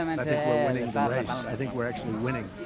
i think we're winning the race. i think we're actually winning.